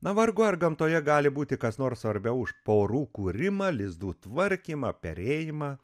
na vargu ar gamtoje gali būti kas nors svarbiau už porų kūrimą lizdų tvarkymą perėjimą